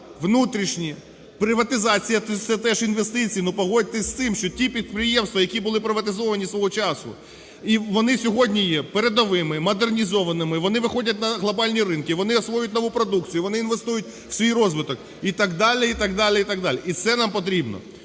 внутрішні, приватизація - це теж інвестиції. Ну, погодьтесь з тим, що ті підприємства, які були приватизовані свого часу і вони сьогодні є передовими, модернізованими, вони виходять на глобальні ринки, вони освоюють нову продукцію, вони інвестують в свій розвиток і так далі, і так далі, і так далі, і це нам потрібно.